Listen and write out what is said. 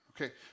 Okay